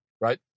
right